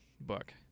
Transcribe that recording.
book